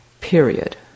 period